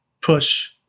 push